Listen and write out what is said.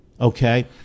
Okay